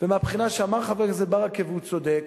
ומהבחינה שאמר חבר הכנסת ברכה, והוא צודק,